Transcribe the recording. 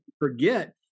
forget